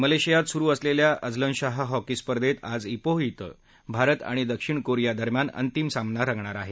मलेशियात सुरु असलेल्या अझलनशाह हॉकी स्पर्धेत आज प्रीह क्विं भारत आणि दक्षिण कोरिया दरम्यान अंतिम सामना रंगणार आहे